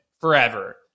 forever